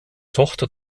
tochter